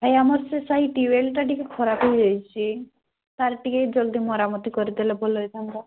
ଆଜ୍ଞା ଆମର ସେ ସାହି ଟିୱେଲଟା ଟିକିଏ ଖରାପ ହେଇଯାଇଛି ତାର ଟିକିଏ ଜଲଦି ମରାମତି କରି ଦେଇଥିଲେ ଭଲ ହେଇଥାନ୍ତା